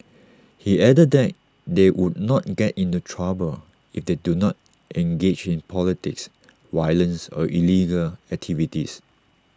he added that they would not get into trouble if they do not engage in politics violence or illegal activities